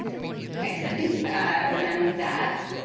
ok, so i think we're done with that.